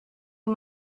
you